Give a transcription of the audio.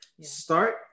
Start